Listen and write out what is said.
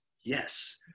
yes